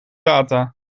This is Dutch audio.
data